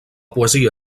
poesia